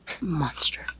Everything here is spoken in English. Monster